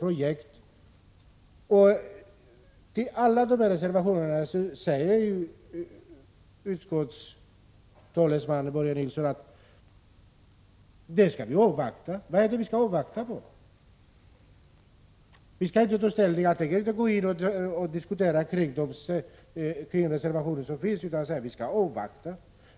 Om alla dessa reservationer säger utskottets talesman Börje Nilsson att vi skall avvakta. Han vill alltså inte diskutera de reservationer som finns och ta ställning till dem utan säger att vi skall avvakta. Vad är det vi skall avvakta?